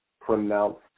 pronounced